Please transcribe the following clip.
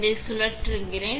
இங்கே நாம் செல்கிறோம்